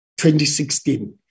2016